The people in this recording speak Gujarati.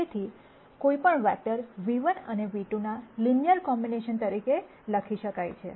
તેથી કોઈપણ વેક્ટર ν ₁ અને ν₂ ના લિનયર કોમ્બિનેશન તરીકે લખી શકાય છે